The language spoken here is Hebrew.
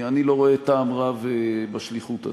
אני לא רואה טעם רב בשליחות הזו.